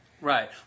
Right